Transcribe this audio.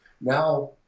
Now